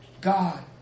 God